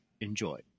enjoy